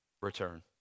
return